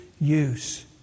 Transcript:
use